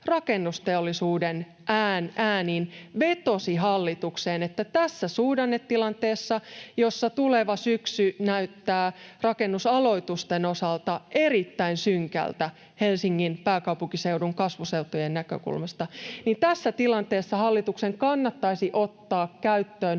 Rakennusteollisuuden äänellä, vetosi hallitukseen, että tässä suhdannetilanteessa, jossa tuleva syksy näyttää rakennusaloitusten osalta erittäin synkältä Helsingin, pääkaupunkiseudun, kasvuseutujen näkökulmasta, hallituksen kannattaisi ottaa käyttöön